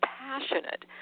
passionate